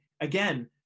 again